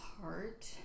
heart